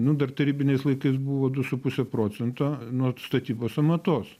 nu dar tarybiniais laikais buvo du su puse procento nuo statybos sąmatos